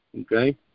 okay